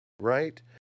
right